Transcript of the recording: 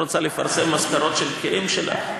לא רוצה לפרסם משכורות של בכירים שלה?